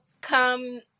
come